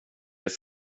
det